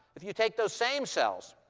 if you take those same cells,